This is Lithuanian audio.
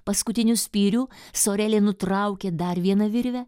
paskutiniu spyriu sorelė nutraukė dar vieną virvę